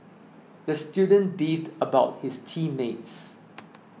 the student beefed about his team mates